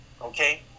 Okay